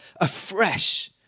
afresh